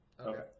Okay